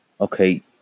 okay